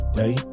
day